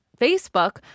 Facebook